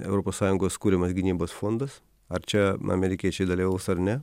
europos sąjungos kuriamas gynybos fondas ar čia amerikiečiai dalyvaus ar ne